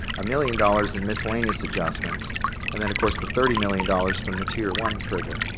a million dollars in miscellaneous adjustments and then of course the thirty million dollars from the tier one trigger.